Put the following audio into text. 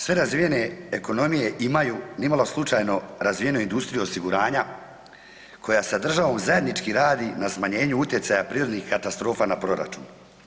Sve razvijene ekonomije imaju nimalo slučajno razvijeno industriju osiguranja koja sa državom zajednički radi na smanjenju utjecaja prirodnih katastrofa na proračun.